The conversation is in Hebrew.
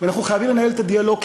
ואנחנו חייבים לנהל את הדיאלוג,